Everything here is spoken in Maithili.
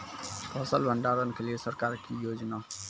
फसल भंडारण के लिए सरकार की योजना?